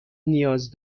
نیاز